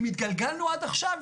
עם התגלגלנו עד עכשיו,